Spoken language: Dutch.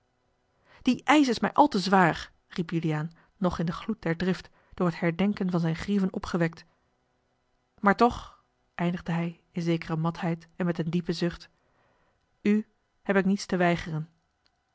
die eisch is mij al te zwaar riep juliaan nog in den gloed der drift door het herdenken van zijne grieven opgewekt maar toch eindigde hij in zekere matheid en met een diepen zucht u heb ik niets te weigeren